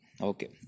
okay